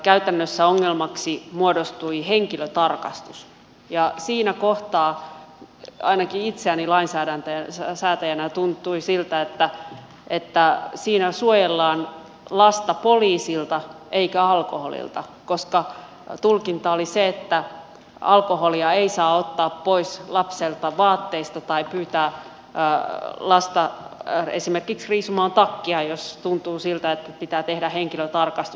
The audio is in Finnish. käytännössä ongelmaksi muodostui henkilötarkastus ja siinä kohtaa ainakin itsestäni lainsäätäjänä tuntui siltä että siinä suojellaan lasta poliisilta eikä alkoholilta koska tulkinta oli se että alkoholia ei saa ottaa pois lapselta vaatteista tai pyytää lasta esimerkiksi riisumaan takkia jos tuntuu siltä että pitää tehdä henkilötarkastus